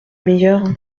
meilleure